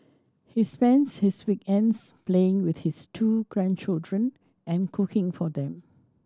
he spends his weekends playing with his two grandchildren and cooking for them